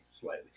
Slightly